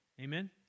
Amen